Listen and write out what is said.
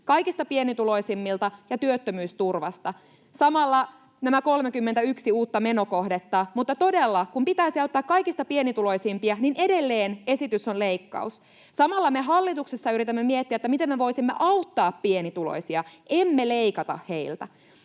kaikista pienituloisimmilta ja työttömyysturvasta, samalla on nämä 31 uutta menokohdetta. Todella, kun pitäisi auttaa kaikista pienituloisimpia, edelleen esityksenä on leikkaus. Samalla me hallituksessa yritämme miettiä, miten me voisimme auttaa pienituloisia, emme leikata heiltä.